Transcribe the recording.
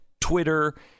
Twitter